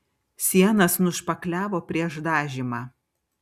sienas nušpakliavo prieš dažymą